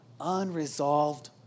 Unresolved